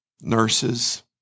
nurses